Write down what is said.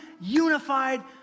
unified